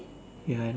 ya